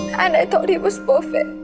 and i thought he was perfect.